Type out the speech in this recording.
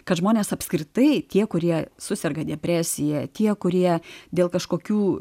kad žmonės apskritai tie kurie suserga depresija tie kurie dėl kažkokių